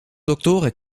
doctoren